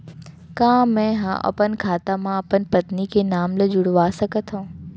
का मैं ह अपन खाता म अपन पत्नी के नाम ला जुड़वा सकथव?